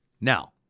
Now